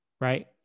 right